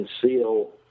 conceal